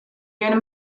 jen